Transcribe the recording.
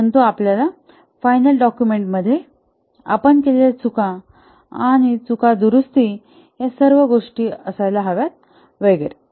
परंतु आपल्या final document मध्ये आपण केलेल्या चुका आणि चूक दुरुस्ती या सर्व गोष्टी आहेत वगैरे